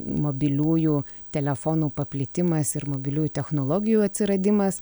mobiliųjų telefonų paplitimas ir mobiliųjų technologijų atsiradimas